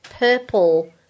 purple